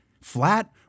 flat